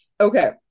Okay